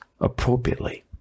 appropriately